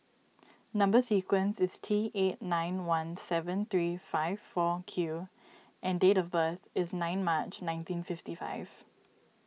Number Sequence is T eight nine one seven three five four Q and date of birth is nine March nineteen fifty five